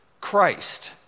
Christ